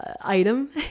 Item